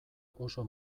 oso